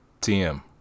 TM